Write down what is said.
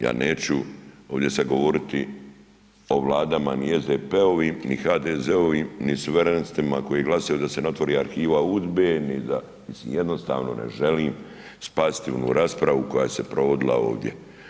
Ja neću ovdje sad govoriti o vladama ni SDP-ovim, ni HDZ-ovim, ni suverenistima koji glasaju da se ne otvori arhiva UDBE, mislim jednostavno ne želim spasiti ovu raspravu koja se provodila ovdje.